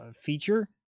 feature